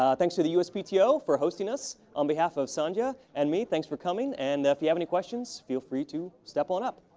thanks to the uspto for hosting us. on behalf of sandhya and me, thanks for coming and if you have any questions, feel free to step on up.